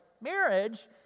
marriage